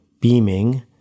beaming